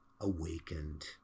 awakened